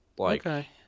Okay